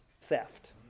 theft